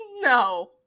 no